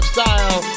Style